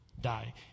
die